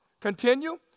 Continue